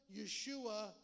Yeshua